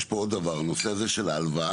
יש פה עוד דבר, הנושא הזה של הקנס.